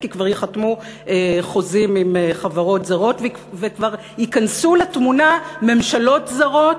כי כבר ייחתמו חוזים עם חברות זרות וכבר ייכנסו לתמונה ממשלות זרות,